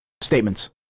statements